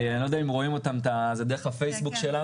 אני לא יודע אם רואים דרך הפייסבוק שלנו.